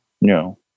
No